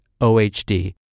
OHD